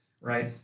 right